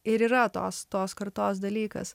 ir yra tos tos kartos dalykas